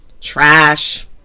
trash